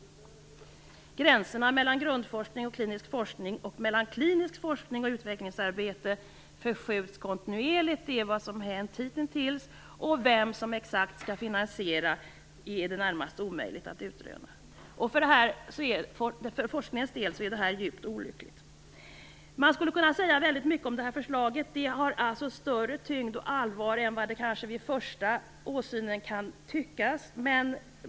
Gränserna mellan grundforskning och klinisk forskning och mellan klinisk forskning och utvecklingsarbete förskjuts kontinuerligt. Det är vad som hänt hittills, och exakt vem som skall finansiera vad är i det närmaste omöjligt att utröna. För forskningens del är detta djupt olyckligt. Man skulle kunna säga väldigt mycket om det här förslaget. Det har större tyngd och allvar än det vid första åsynen kan tyckas.